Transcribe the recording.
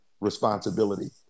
responsibility